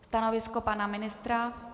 Stanovisko pana ministra?